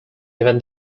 even